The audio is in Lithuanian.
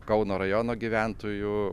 kauno rajono gyventojų